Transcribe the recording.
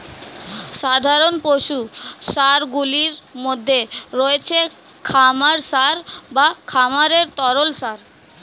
সাধারণ পশু সারগুলির মধ্যে রয়েছে খামার সার বা খামারের তরল সার